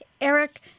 Eric